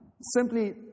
simply